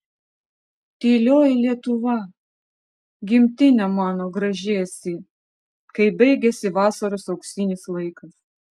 tylioji lietuva gimtine mano graži esi kai baigiasi vasaros auksinis laikas